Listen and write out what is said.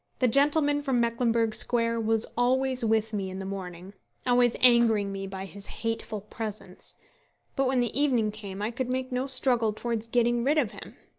the gentleman from mecklenburgh square was always with me in the morning always angering me by his hateful presence but when the evening came i could make no struggle towards getting rid of him.